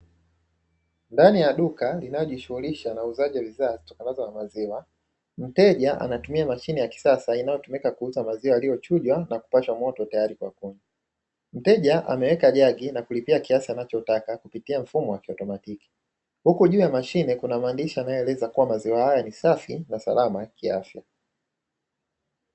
Ndani ya duka linalojishughulisha na uuzaji wa bidhaa zitokanazo na maziwa, mteja anatumia mashine ya kisasa inayotumia kuuza maziwa yaliyochujwa na kupashwa moto tayari kwa kunywa, mteja ameweka jagi na kulipia kiasi anachotaka kwa kutumia mfano wa kiautomatiki; huku juu ya mashine kuna maandishi yanayoelezea kuwa maziwa haya ni safi na salama kiafya.